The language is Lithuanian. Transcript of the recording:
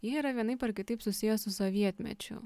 jie yra vienaip ar kitaip susiję su sovietmečiu